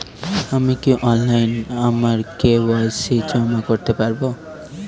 আমি কি অনলাইন আমার কে.ওয়াই.সি জমা করতে পারব?